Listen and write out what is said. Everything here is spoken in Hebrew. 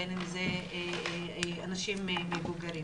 בין אם אנשים מבוגרים.